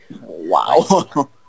Wow